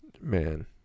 Man